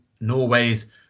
Norway's